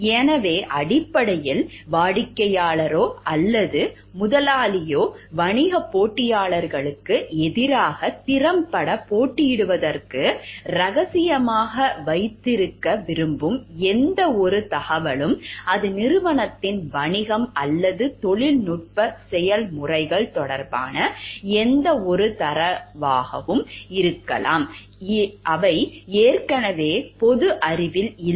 எனவே அடிப்படையில் வாடிக்கையாளரோ அல்லது முதலாளியோ வணிகப் போட்டியாளர்களுக்கு எதிராக திறம்பட போட்டியிடுவதற்கு ரகசியமாக வைத்திருக்க விரும்பும் எந்தவொரு தகவலும் அது நிறுவனத்தின் வணிகம் அல்லது தொழில்நுட்ப செயல்முறைகள் தொடர்பான எந்தவொரு தரவாகவும் இருக்கலாம் அவை ஏற்கனவே பொது அறிவில் இல்லை